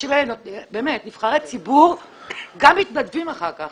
נבחרי ציבור גם מתנדבים אחר כך,